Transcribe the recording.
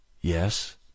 Yes